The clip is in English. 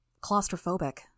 Claustrophobic